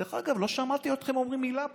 דרך אגב, לא שמעתי אתכם אומרים מילה פה.